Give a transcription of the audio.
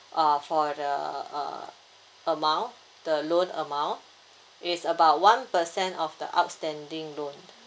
uh for the uh amount the loan amount it's about one percent of the outstanding loan